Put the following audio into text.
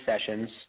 sessions